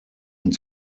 und